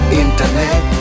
internet